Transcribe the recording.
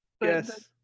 Yes